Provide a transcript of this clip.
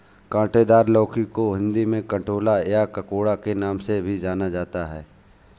काँटेदार लौकी को हिंदी में कंटोला या ककोड़ा के नाम से भी जाना जाता है